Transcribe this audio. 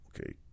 Okay